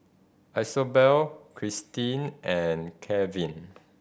Isobel Christie and Keven